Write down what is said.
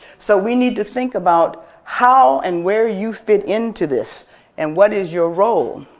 so we need to think about how and where you fit into this and what is your role.